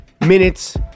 minutes